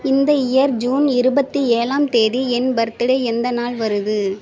இந்த year June இருபத்து ஏழாம் தேதி என் பர்த் டே எந்த நாள் வருது